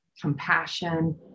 compassion